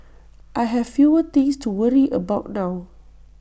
I have fewer things to worry about now